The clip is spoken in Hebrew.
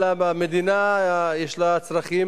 לא הצלחתם.